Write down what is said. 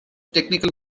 technical